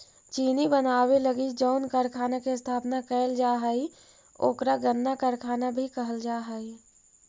चीनी बनावे लगी जउन कारखाना के स्थापना कैल जा हइ ओकरा गन्ना कारखाना भी कहल जा हइ